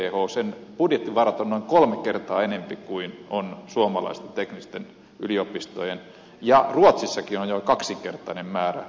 sen budjettivarat ovat noin kolme kertaa enempi kuin on suomalaisten teknillisten yliopistojen ja ruotsissakin on jo kaksinkertainen määrä